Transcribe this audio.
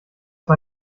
war